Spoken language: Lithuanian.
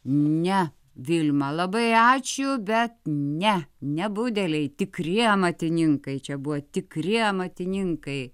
ne vilma labai ačiū bet ne ne budeliai tikri amatininkai čia buvo tikrieji amatininkai